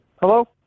Hello